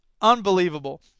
unbelievable